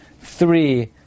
three